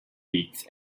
weeks